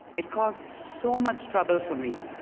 it caused so much trouble for me.